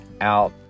out